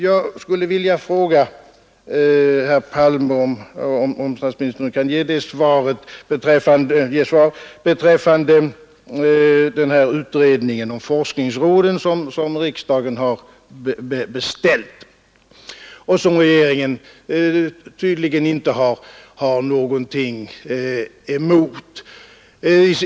Jag skulle vilja ställa en fråga till herr Palme, om han nu kan svara, beträffande den utredning om forskningsråden som riksdagen har beställt och som regeringen tydligen inte har något emot.